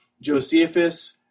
Josephus